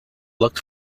looked